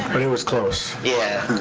but it was close. yeah.